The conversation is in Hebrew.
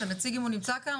את הנציג אם הוא נמצא כאן,